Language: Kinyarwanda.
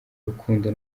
rukundo